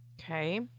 Okay